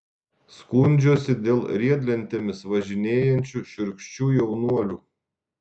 skundžiuosi dėl riedlentėmis važinėjančių šiurkščių jaunuolių